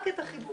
רק את החיבוק.